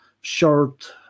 short